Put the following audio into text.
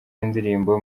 y’indirimbo